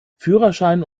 führerschein